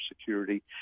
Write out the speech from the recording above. security